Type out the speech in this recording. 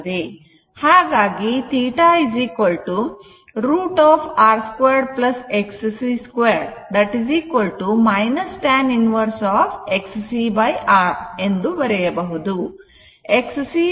ಹಾಗಾಗಿ θ√R 2 Xc 2 tan inverse Xc R ಎಂದು ಬರೆಯಬಹುದು